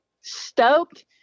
stoked